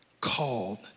called